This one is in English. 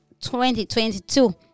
2022